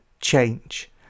change